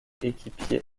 coéquipier